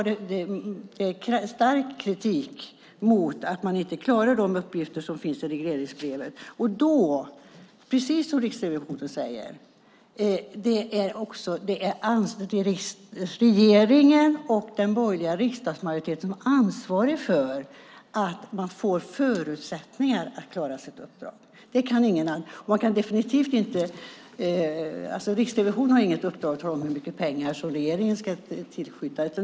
Det är stark kritik av att man inte klarar de uppgifter som finns i regleringsbrevet. Precis som Riksrevisionen säger är det regeringen och den borgerliga riksdagsmajoriteten som är ansvariga för att man får förutsättningar att klara sitt uppdrag. Det kan ingen annan göra. Riksrevisionen har inget uppdrag att tala om hur mycket pengar som regeringen ska tillskjuta.